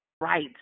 Right